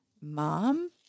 mom